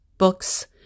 Books